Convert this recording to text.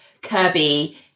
kirby